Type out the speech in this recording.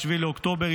ב-7 באוקטובר,